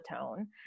tone